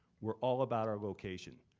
we're all about our location.